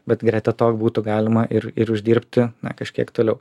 bet greta to būtų galima ir ir uždirbti na kažkiek toliau